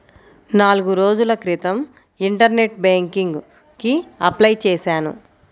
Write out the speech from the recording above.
నాల్గు రోజుల క్రితం ఇంటర్నెట్ బ్యేంకింగ్ కి అప్లై చేశాను